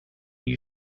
you